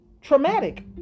traumatic